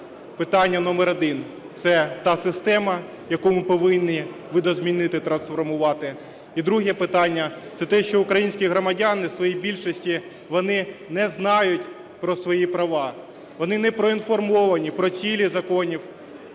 питання номер один – це та система, яку ми повинні видозмінити, трансформувати. І друге питання – це те, що українські громадяни в своїй більшості, вони не знають про свої права, вони не проінформовані про цілі законів,